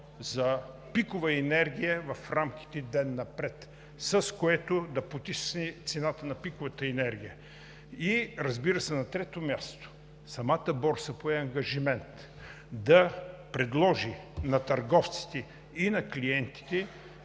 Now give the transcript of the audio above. за пикова енергия в рамките на „Ден напред“, с което да потисне цената на пиковата енергия. И, разбира се, на трето място, самата борса пое ангажимент да предложи на търговците и на клиентите